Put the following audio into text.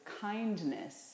kindness